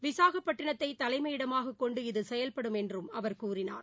விசாகப்பட்டினத்தைதலைமயிடமாகக் கொண்டு இது செயல்படும் என்றும் அவர் கூறினார்